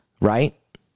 Right